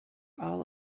all